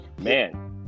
Man